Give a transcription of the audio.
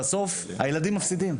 בסוף הילדים מפסידים,